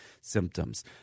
symptoms